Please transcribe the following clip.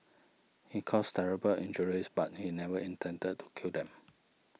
he caused terrible injuries but he never intended to kill them